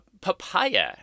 Papaya